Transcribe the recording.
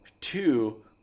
Two